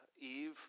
Eve